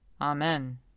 Amen